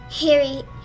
Harry